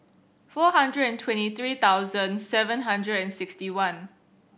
four hundred and twenty three thousand seven hundred and sixty one